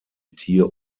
tier